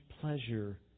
pleasure